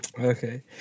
okay